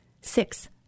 Six